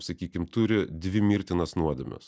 sakykim turi dvi mirtinas nuodėmes